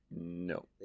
No